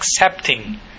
accepting